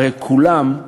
כולם,